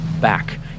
back